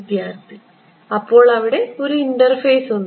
വിദ്യാർത്ഥി അപ്പോൾ അവിടെ ഒരു ഇൻറർഫേസ് ഉണ്ട്